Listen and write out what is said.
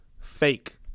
fake